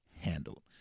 handled